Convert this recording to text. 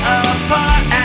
apart